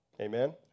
Amen